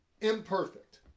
imperfect